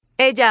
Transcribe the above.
Ella